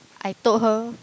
I told her